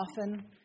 often